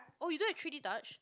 oh you don't have three-D touch